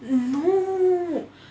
no